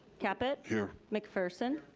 caput. here. mcpherson.